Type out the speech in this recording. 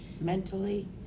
mentally